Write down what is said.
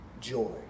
Joy